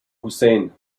hussein